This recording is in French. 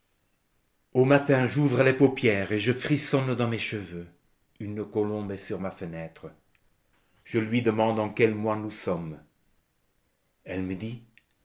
au matin j'ouvre les paupières et je frissonne dans mes cheveux une colombe est sur ma fenêtre je lui demande en quel mois nous sommes elle me dit